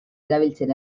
erabiltzen